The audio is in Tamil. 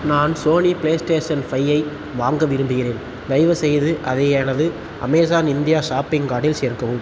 நான் சோனி பிளே ஸ்டேஷன் ஃபைவ் ஐ வாங்க விரும்புகிறேன் தயவுசெய்து அதை எனது அமேசான் இந்தியா ஷாப்பிங் கார்ட்டில் சேர்க்கவும்